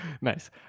Nice